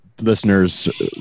Listeners